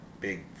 Big